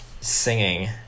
singing